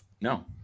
No